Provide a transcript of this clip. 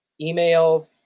email